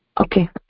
Okay